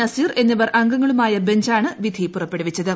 നസീർ എന്നിവർ അംഗങ്ങളുമായ ബഞ്ചാണ് വിധി പുറപ്പെടുവിച്ചത്